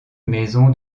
maison